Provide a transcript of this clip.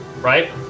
Right